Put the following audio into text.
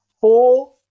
four